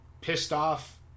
pissed-off